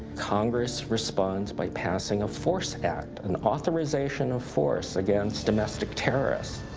congress responds by passing a force act, an authorization of force against domestic terrorists.